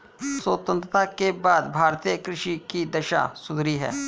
स्वतंत्रता के बाद भारतीय कृषि की दशा सुधरी है